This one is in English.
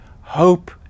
hope